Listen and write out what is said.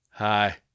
Hi